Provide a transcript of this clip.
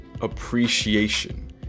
appreciation